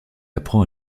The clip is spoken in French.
apprend